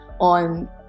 on